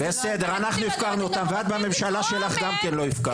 -- בסדר אנחנו הפקרנו אותם ואת בממשלה שלך גם כן לא הפקרת.